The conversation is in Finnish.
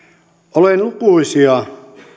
olen lukuisia